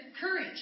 courage